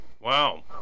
Wow